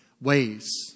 ways